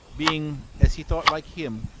being as he thought like him,